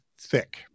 thick